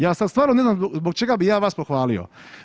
Ja sad stvarno ne znam zbog čega bi ja vas pohvalio.